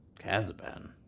Kazaban